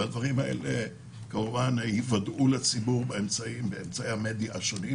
והדברים האלה ייוודעו לציבור באמצעי המדיה השונים,